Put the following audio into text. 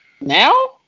now